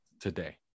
today